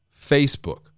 Facebook